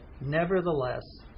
Nevertheless